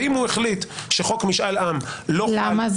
ואם החליט שחוק משאל עם- - למה?